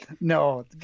No